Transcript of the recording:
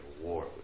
war